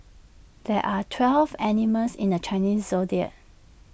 there are twelve animals in the Chinese Zodiac